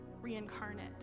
reincarnate